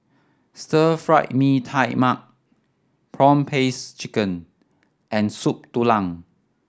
Stir Fry Mee Tai Mak prawn paste chicken and Soup Tulang